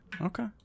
okay